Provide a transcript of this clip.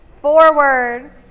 forward